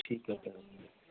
ਠੀਕ ਐ ਸਰ